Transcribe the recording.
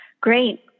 Great